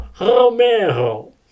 Romero